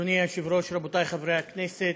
אדוני היושב-ראש, רבותי חברי הכנסת,